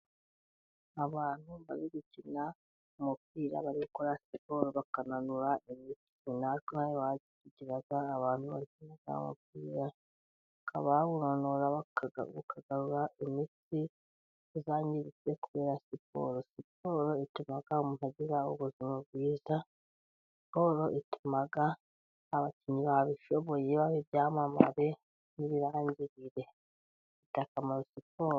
Abantu bari gukina umupira bari gukora siporo bakananura imitsi, natwe inaha iwacu abantu bakina umupira bakananura imitsi yangiritse kubera siporo. Siporo ituma umuntu agira ubuzima bwiza, siporo ituma abakinnyi babishoboye baba ibyamamare n'ibirangirire siporo ifite akamaro.